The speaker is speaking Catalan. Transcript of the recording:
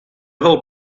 del